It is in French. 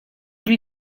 lui